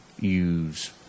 use